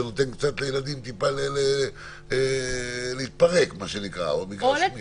שנותן לילדים טיפה להתפרק או מגרש משחקים?